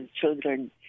children